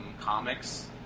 comics